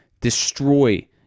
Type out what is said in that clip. destroy